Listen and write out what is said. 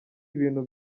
ibintu